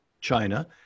China